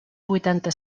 huitanta